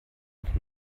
auch